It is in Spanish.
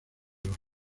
los